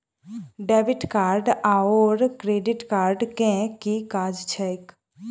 Debit card आओर credit card केँ की काज छैक?